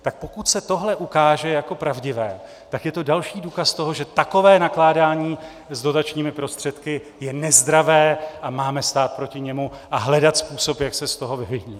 Tak pokud se tohle ukáže jako pravdivé, tak je to další důkaz toho, že takové nakládání s dotačními prostředky je nezdravé, a máme stát proti němu a hledat způsob, jak se z toho vyvinit.